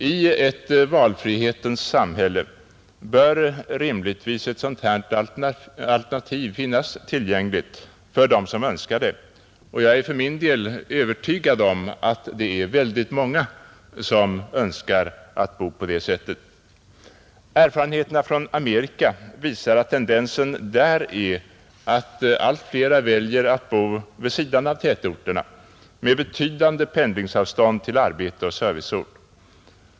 I ett valfrihetens samhälle bör Fredagen den rimligtvis även ett sådant alternativ finnas tillgängligt, och jag är för min 28 maj 1971 del övertygad om att det är många som önskar bo på det sättet. Ang. ökade möjlig Erfarenheterna från Amerika visar att tendenserna där är att allt fler heter till bosättning väljer att bo vid sidan om tätorterna, med betydande pendlingsavstånd På landsbygden till arbete och service.